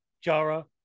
Jara